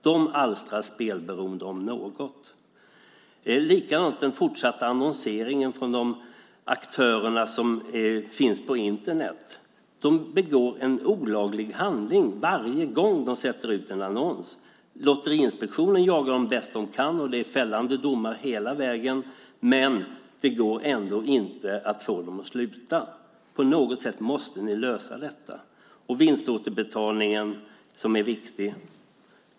De om något alstrar spelberoende. Aktörerna som annonserar på Internet begår en olaglig handling varje gång som de sätter ut en annons. Lotteriinspektionen jagar dem bäst man kan, och det är fällande domar hela vägen, men det går ändå inte att få dem att sluta. På något sätt måste ni lösa detta. Frågan om vinståterbetalningen är viktig.